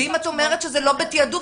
ואם את אומרת שזה לא בתעדוף,